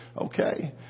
okay